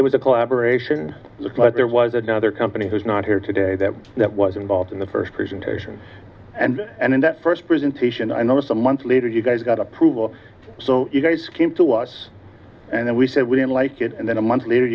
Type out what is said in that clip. it was a collaboration look like there was another company who's not here today that that was involved in the first presentation and and in that first presentation i know some months later you guys got approval so you guys came to us and we said we didn't like it and then a month later